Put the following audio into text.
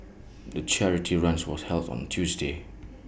the charity run was held on A Tuesday